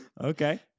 Okay